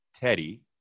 Teddy